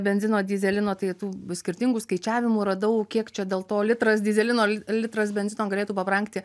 benzino dyzelino tai tų skirtingų skaičiavimų radau kiek čia dėl to litras dyzelino litras benzino galėtų pabrangti